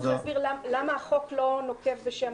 צריך להסביר למה החוק לא נוקט בשם